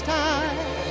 time